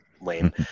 lame